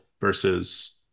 versus